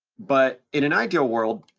but in an ideal world,